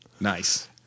nice